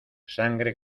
sangre